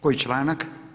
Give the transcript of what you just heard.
Koji članak?